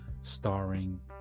starring